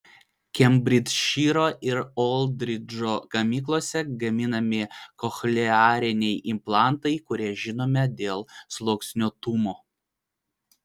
kembridžšyro ir oldridžo gamyklose gaminami kochleariniai implantai kurie žinomi dėl sluoksniuotumo